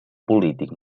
polític